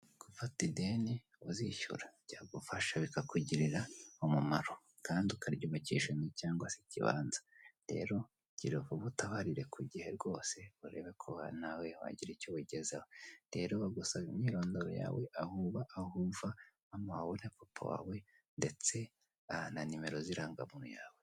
Gufata ideni uzishyura byagufasha bikakugirira umumaro kandi ukaryubakisha inzu cyangwa se ikibanza rero gira vuba utabarire ku gihe rwose urebe ko nawe wagira icyo wigezaho rero bagusaba imyirondoro yawe: aho uba, aho uva, mama wawe na papa wawe na papa wawe ndetse na nimero z'irangamuntu yawe.